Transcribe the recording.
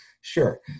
sure